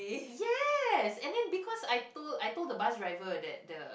yes and then because I told I told the bus driver that the